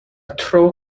tro